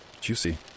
juicy